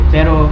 Pero